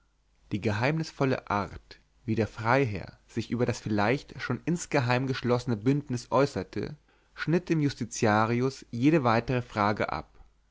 die geheimnisvolle art wie der freiherr sich über das vielleicht schon insgeheim geschlossene bündnis äußerte schnitt dem justitiarius jede weitere frage ab